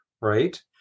right